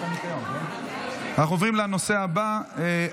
אנחנו עוברים לנושא הבא,